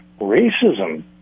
racism